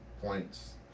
points